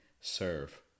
serve